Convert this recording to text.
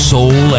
Soul